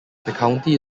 county